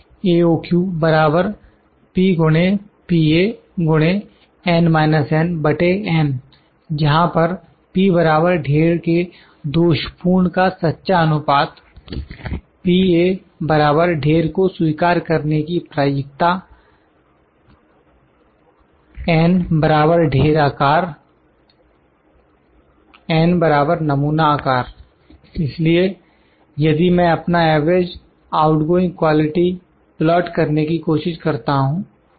AOQ जहां पर p ढेर के दोषपूर्ण का सच्चा अनुपात ढेर को स्वीकार करने की प्रायिकता N ढेर आकार n नमूना आकार इसलिए यदि मैं अपना एवरेज आउटगोइंग क्वालिटी प्लाट करने की कोशिश करता हूं ठीक है